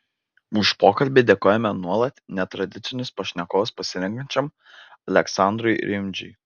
už pokalbį dėkojame nuolat netradicinius pašnekovus pasirenkančiam aleksandrui rimdžiui